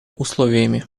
условиями